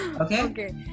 Okay